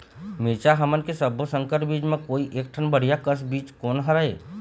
मिरचा हमन के सब्बो संकर बीज म कोई एक ठन बढ़िया कस बीज कोन हर होए?